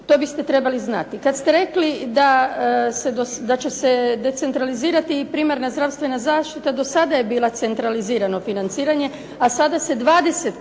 To biste trebali znati. Kad ste rekli da će se decentralizirati i primarna zdravstvena zaštita do sada je bila centralizirano financiranje a sada se 20%